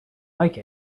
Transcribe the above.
like